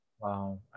Wow